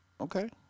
Okay